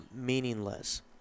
meaningless